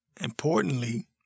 Importantly